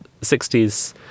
60s